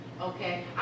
Okay